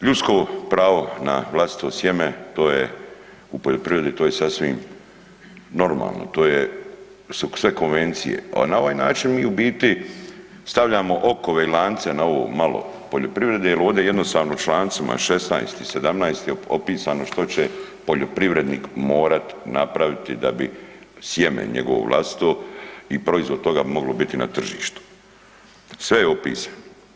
Ljudsko pravo na vlastito sjeme u poljoprivredi to je sasvim normalno, to je sve konvencije, a na ovaj način mi u biti stavljamo okove i lance na ovo malo poljoprivrede jer ovdje jednostavno člancima 16. i 17. je opisano što će poljoprivrednik morat napraviti da bi sjeme njegovo vlastito i proizvod toga moglo biti na tržištu, sve je opisano.